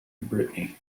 brittany